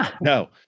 No